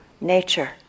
nature